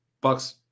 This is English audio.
Bucks